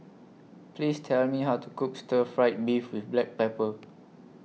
Please Tell Me How to Cook Stir Fried Beef with Black Pepper